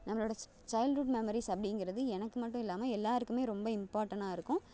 நம்மளோடய childhood memories அப்படீங்கிறது எனக்கு மட்டும் இல்லாமல் எல்லோருக்குமே ரொம்ப இம்பார்ட்டனாக இருக்கும்